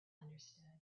understood